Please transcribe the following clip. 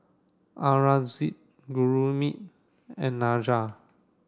Aurangzeb Gurmeet and Niraj